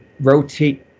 rotate